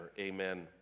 Amen